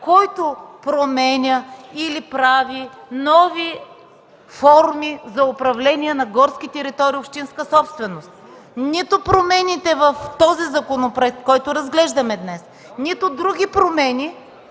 законът, или да се правят нови форми за управление на горски територии – общинска собственост. Нито промените в този законопроект, който разглеждаме днес, нито други промени